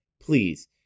please